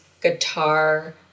guitar